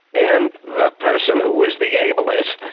and the person who was the ablest,